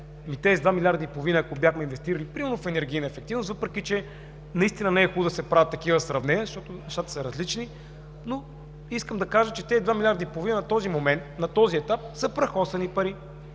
и половина, ако бяхме ги инвестирали примерно в енергийна ефективност, въпреки че наистина не е хубаво да се правят такива сравнения, защото нещата са различни, но искам да кажа, че тези два милиарда и половина до този момент, на този етап са прахосани пари.